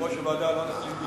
יושב-ראש ועדת החינוך.